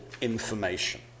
information